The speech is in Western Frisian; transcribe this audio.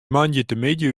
moandeitemiddei